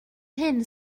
hyn